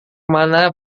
mana